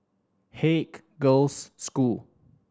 Haig Girls' School